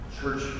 church